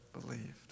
believed